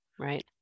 Right